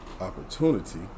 opportunity